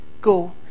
go